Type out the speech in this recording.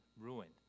ruined